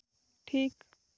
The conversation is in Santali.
ᱴᱷᱤᱠ